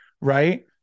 Right